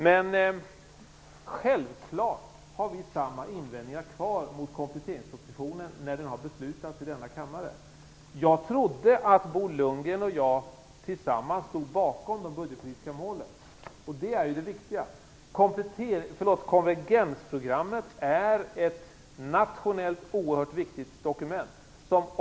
Självfallet kommer vi att ha kvar samma invändningar mot kompletteringspropositionen när det har fattats beslut om den i denna kammare. Jag trodde att Bo Lundgren och jag tillsammans stod bakom de budgetpolitiska målen, och det är det viktiga. Konvergensprogrammet är ett nationellt oerhört viktigt dokument.